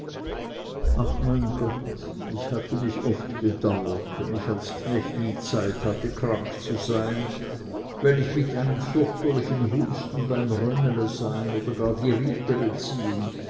ach mein gott ich hatte mich oft bedauert wenn ich als knecht nie zeit hatte krank zu sein wenn ich mit einem fürchterlichen husten beim rönnle sein oder gar die ryttere ziehen